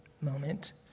moment